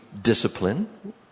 discipline